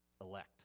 elect